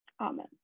amen